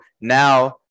now